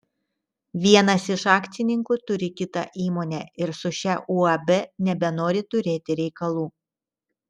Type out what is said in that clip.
vienas iš akcininkų turi kitą įmonę ir su šia uab nebenori turėti reikalų